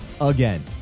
again